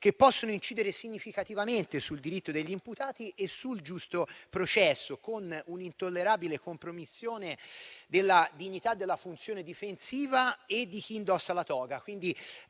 che possono incidere significativamente sul diritto degli imputati e sul giusto processo, con un'intollerabile compromissione della dignità della funzione difensiva e di chi indossa la toga.